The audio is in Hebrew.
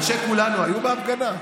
אנשי כולנו היו בהפגנה?